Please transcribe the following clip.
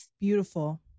Beautiful